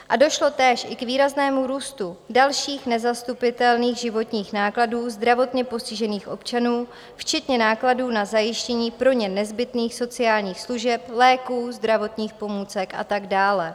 A došlo též i k výraznému růstu dalších nezastupitelných životních nákladů zdravotně postižených občanů, včetně nákladů na zajištění pro ně nezbytných sociálních služeb, léků, zdravotních pomůcek a tak dále.